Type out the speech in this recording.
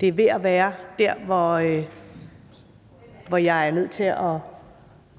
Vi er ved at være der, hvor jeg er nødt til at